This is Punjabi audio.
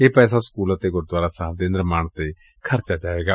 ਇਹ ਪੈਸਾ ਸਕੁਲ ਅਤੇ ਗੁਰਦੁਆਰਾ ਸਾਹਿਬ ਦੇ ਨਿਰਮਾਣ ਤੇ ਖਰਚ ਕੀਤਾ ਜਾਏਗਾ